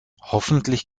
hoffentlich